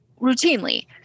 routinely